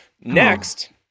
Next